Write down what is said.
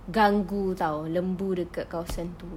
ganggu [tau] lembu dekat kawasan itu